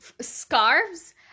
scarves